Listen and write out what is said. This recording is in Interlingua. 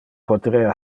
poterea